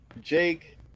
Jake